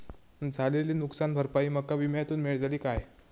झालेली नुकसान भरपाई माका विम्यातून मेळतली काय?